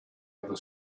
other